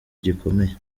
gikomeye